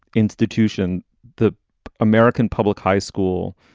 institution, the american public high school,